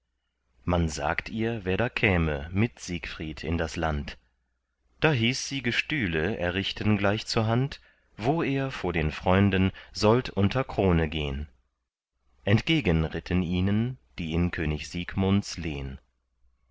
man sagt ihr wer da käme mit siegfried in das land da hieß sie gestühle errichten gleich zur hand wo er vor den freunden sollt unter krone gehn entgegen ritten ihnen die in könig siegmunds lehn